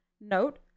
Note